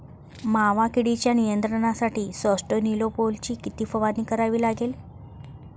मावा किडीच्या नियंत्रणासाठी स्यान्ट्रेनिलीप्रोलची किती फवारणी करावी लागेल?